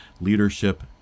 leadership